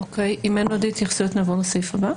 אם אין עוד התייחסויות, נעבור לסעיף הבא.